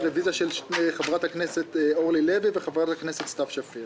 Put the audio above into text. רוויזיה של חברת הכנסת סתיו שפיר.